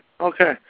okay